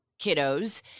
kiddos